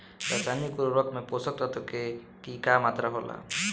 रसायनिक उर्वरक में पोषक तत्व के की मात्रा होला?